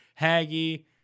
Haggy